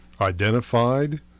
identified